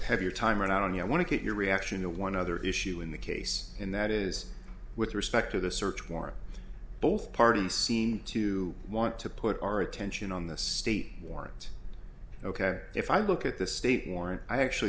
have your time run out on you i want to get your reaction to one other issue in the case and that is with respect to the search warrant both parties seem to want to put our attention on the state warrant ok if i look at the state warrant i actually